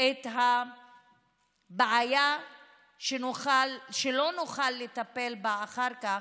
את הבעיה שלא נוכל לטפל בה אחר כך,